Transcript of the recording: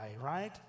right